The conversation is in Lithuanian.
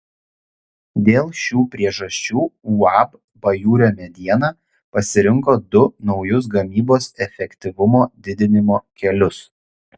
dėl šių priežasčių uab pajūrio mediena pasirinko du naujus gamybos efektyvumo didinimo kelius